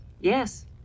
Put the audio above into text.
Yes